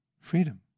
freedom